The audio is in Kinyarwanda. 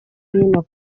hino